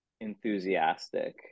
enthusiastic